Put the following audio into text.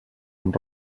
amb